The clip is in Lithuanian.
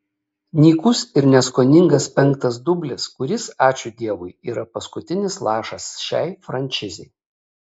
nykus ir neskoningas penktas dublis kuris ačiū dievui yra paskutinis lašas šiai franšizei